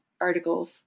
articles